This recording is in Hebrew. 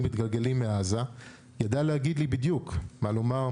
מתגלגלים מעזה ידע להגיד לי בדיוק מה לומר,